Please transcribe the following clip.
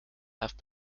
have